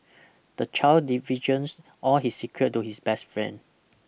the child divulges all his secret to his best friend